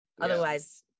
Otherwise